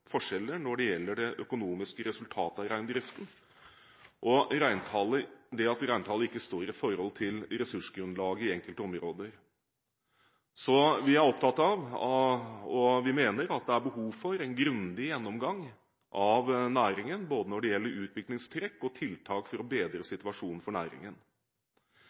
forskjeller når det gjelder det økonomiske resultatet av reindriften og det at reintallet ikke står i forhold til ressursgrunnlaget i enkelte områder. Så vi er opptatt av og mener det er behov for en grundig gjennomgang av næringen, både når det gjelder utviklingstrekk og tiltak for å bedre situasjonen for næringen.